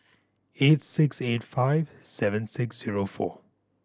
eight six eight five seven six zero four